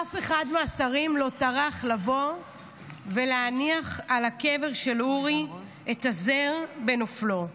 אף אחד מהשרים לא טרח לבוא ולהניח על הקבר של אורי את הזר בנופלו.